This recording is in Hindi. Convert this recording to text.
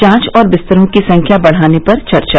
जांच और बिस्तरों की संख्या बढाने पर चर्चा